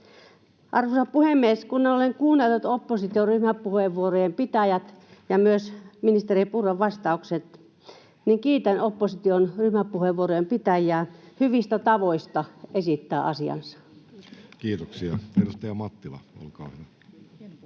Arvoisa puhemies! Kun olen kuunnellut opposition ryhmäpuheenvuorojen pitäjät ja myös ministeri Purran vastaukset, niin kiitän opposition ryhmäpuheenvuorojen pitäjiä hyvistä tavoista esittää asiansa. [Speech 128] Speaker: Jussi